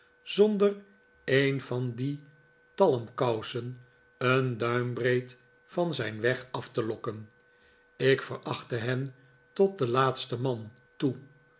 zonder een van die talmkousen een duimbreed van zijn weg af te lokken ik verachtte heif tot den laatsten man toe